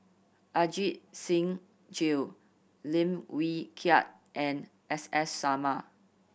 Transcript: Ajit Singh Gill Lim Wee Kiak and S S Sarma